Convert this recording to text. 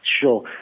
Sure